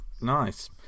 Nice